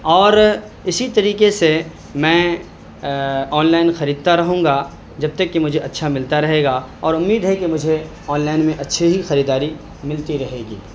اور اسی طریقے سے میں آن لائن خریدتا رہوں گا جب تک کہ مجھے اچھا ملتا رہے گا اور امید ہے کہ مجھے آن لائن میں اچھی ہی خریداری ملتی رہے گی